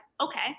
okay